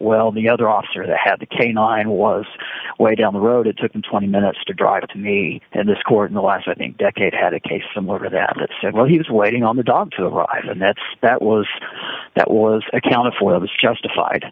well the other officer that had the canine was way down the road it took them twenty minutes to drive to me and this court in the last i think decade had a case i'm over them that said well he was waiting on the dog to arrive and that's that was that was accounted for i was justified